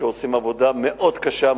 שעושים עבודה מאוד קשה,